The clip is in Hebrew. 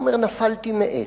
הוא אמר: נפלתי מעץ.